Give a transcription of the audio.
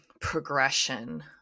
progression